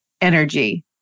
energy